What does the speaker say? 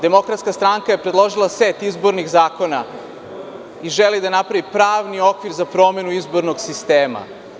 Demokratska stranka je predložila set izbornih zakona i želi da napravi pravni okvir za promenu izbornog sistema.